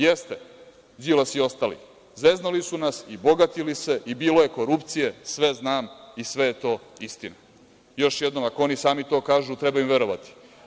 Jeste, Đilas i ostali, zeznuli su nas i bogatili se i bilo je korupcije, sve znam i sve je to istina.“ Još jednom, ako oni sami to kažu, treba im verovati.